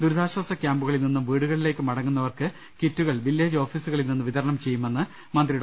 ദുരിതാശ്ചാസ ക്യാമ്പുകളിൽ നിന്നും വീടുകളിലേക്ക് മടങ്ങുന്നവർക്ക് കിറ്റുകൾ വില്ലേജ് ഓഫീസുകളിൽ നിന്ന് വിതരണം ചെയ്യുമെന്ന് മന്ത്രി ഡോ